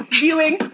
viewing